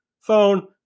phone